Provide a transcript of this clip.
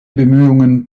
bemühungen